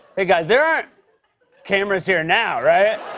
hey, guys, there aren't cameras here now, right?